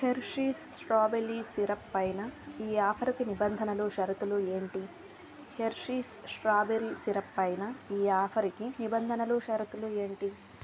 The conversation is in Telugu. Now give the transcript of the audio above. హెర్షీస్ స్ట్రాబెరీ సిరప్ పైన ఈ ఆఫరుకి నిబంధనలు షరతులు ఏంటి